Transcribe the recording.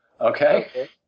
Okay